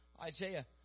Isaiah